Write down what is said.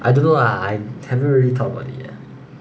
I don't know lah I haven't really thought about it yet